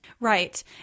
Right